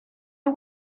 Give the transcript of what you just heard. you